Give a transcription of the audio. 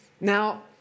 Now